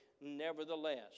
Nevertheless